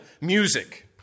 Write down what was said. music